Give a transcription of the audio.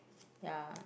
ya